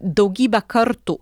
daugybę kartų